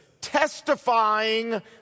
testifying